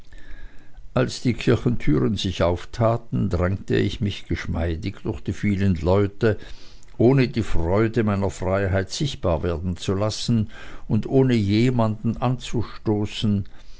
als die kirchentüren sich auftaten drängte ich mich geschmeidig durch die vielen leute ohne die freude meiner freiheit sichtbar werden zu lassen und ohne jemanden anzustoßen